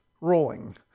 rolling